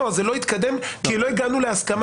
לא, זה לא התקדם כי לא הגענו להסכמה.